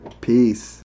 Peace